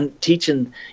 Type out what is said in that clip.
teaching